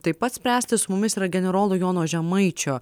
taip pat spręsti su mumis yra generolo jono žemaičio